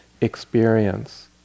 experience